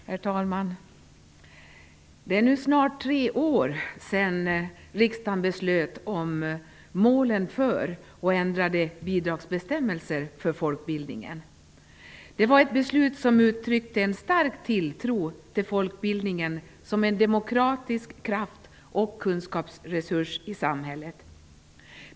Herr talman! Det är nu snart tre år sedan som riksdagen beslöt om målen för folkbildningen och om ändrade bidragsbestämmelser för denna. Det var ett beslut som uttryckte en stark tilltro till folkbildningen som en demokratisk kraft och kunskapsresurs i samhället.